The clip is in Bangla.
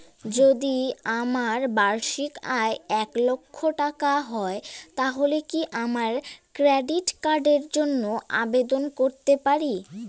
যদি আমার বার্ষিক আয় এক লক্ষ টাকা হয় তাহলে কি আমি ক্রেডিট কার্ডের জন্য আবেদন করতে পারি?